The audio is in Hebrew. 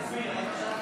אדוני היושב-ראש,